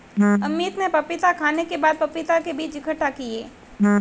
अमित ने पपीता खाने के बाद पपीता के बीज इकट्ठा किए